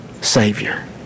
Savior